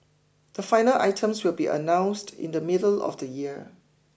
the final items will be announced in the middle of the year